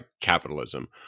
capitalism